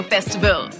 Festival